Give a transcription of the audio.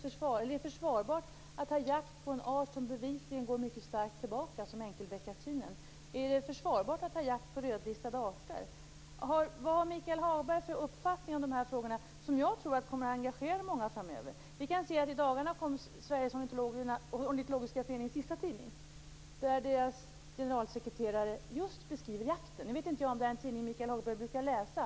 Är det försvarbart att ha jakt på en art som bevisligen går mycket starkt tillbaka, t.ex. enkelbeckasinen? Är det försvarbart att ha jakt på rödlistade arter? Vad har Michael Hagberg för uppfattning om dessa frågor, vilka jag tror kommer att engagera många framöver? I dagarna kommer Sveriges ornitologers förenings senaste tidning där deras generalsekreterare beskriver jakten. Jag vet inte om det är en tidning som Michael Hagberg brukar läsa.